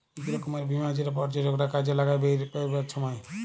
ইক রকমের বীমা যেট পর্যটকরা কাজে লাগায় বেইরহাবার ছময়